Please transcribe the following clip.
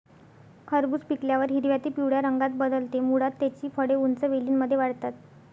खरबूज पिकल्यावर हिरव्या ते पिवळ्या रंगात बदलते, मुळात त्याची फळे उंच वेलींमध्ये वाढतात